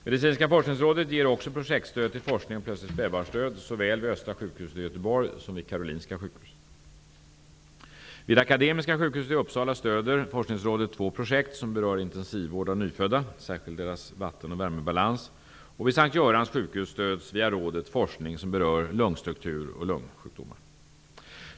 Medicinska forskningsrådet ger också projektstöd till forskning om plötslig spädbarnsdöd såväl vid Östra sjukhuset i Göteborg som vid Vid Akademiska sjukhuset i Uppsala stöder MFR två projekt som berör intensivvård av nyfödda, särskilt deras vatten och värmebalans, och vid S:t Görans sjukhus stöds via rådet forskning som berör lungstruktur och lungsjukdomar.